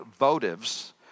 votives